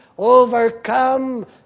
overcome